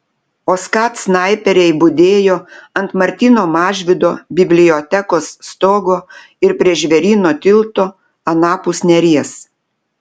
o skat snaiperiai budėjo ant martyno mažvydo bibliotekos stogo ir prie žvėryno tilto anapus neries